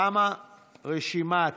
תמה רשימת הדוברים.